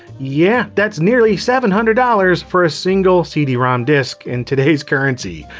yeah, that's nearly seven hundred dollars for a single cd-rom disc in today's currency.